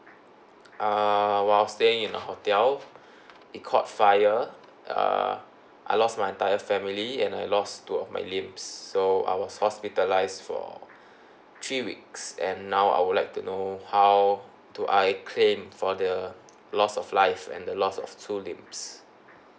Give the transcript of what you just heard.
uh while staying in the hotel it caught fire uh I lost my entire family and I lost two of my limps so I was hospitalised for three weeks and now I would like to know how do I claim for the loss of life and the loss of two limps